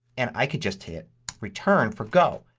and i could just hit return for go.